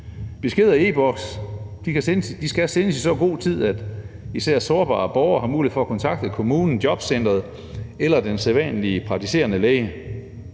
Beskeder i e-Boks skal sendes i så god tid, at især sårbare borgere har mulighed for at kontakte kommunen, jobcenteret eller den sædvanlige praktiserende læge.